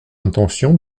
intention